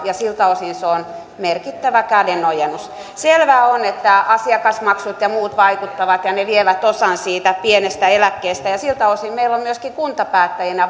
ja siltä osin se on merkittävä kädenojennus selvää on että asiakasmaksut ja muut vaikuttavat ja ne vievät osan siitä pienestä eläkkeestä siltä osin meillä on myöskin kuntapäättäjinä